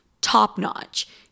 top-notch